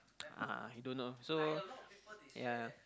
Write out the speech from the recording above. ah you don't know so ya